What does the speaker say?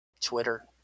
Twitter